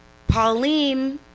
pauline